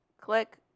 click